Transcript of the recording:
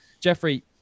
Jeffrey